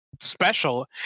special